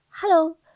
Hello